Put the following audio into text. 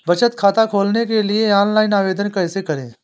बचत खाता खोलने के लिए ऑनलाइन आवेदन कैसे करें?